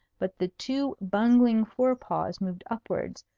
but the two bungling fore-paws moved upwards,